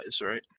right